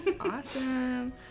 Awesome